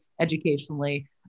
educationally